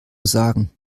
sagen